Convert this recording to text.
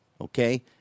okay